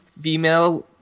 female